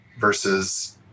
versus